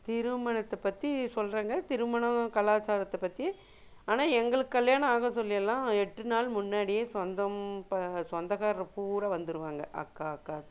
திருமணத்தை பற்றி சொல்லுறங்க திருமணம் கலாச்சாரத்தை பற்றி ஆனால் எங்களுக்கு கல்யாணம் ஆக சொல்லயலாம் எட்டு நாள் முன்னாடியே சொந்தம் ப சொந்தக்கார பூரா வந்துருவாங்க அக்கா அக்கா